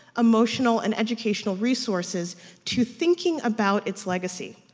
emotional and educational resources to thinking about its legacy.